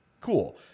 cool